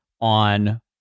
on